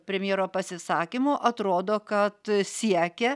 premjero pasisakymo atrodo kad siekia